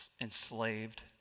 enslaved